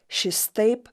šis taip